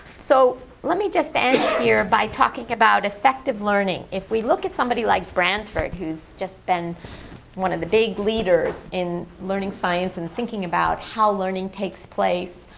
so let me just end here by talking about effective learning. if we look at somebody like bransford who has just been one of the big leaders in learning science and thinking about how learning takes place,